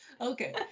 Okay